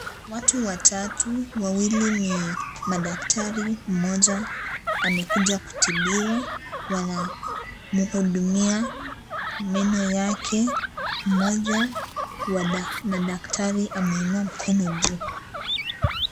Watu watatu wawili ni madaktari moja amekuja kutibiwa wana mhudumia meno yake moja wa madaktari ameinua mkono juu.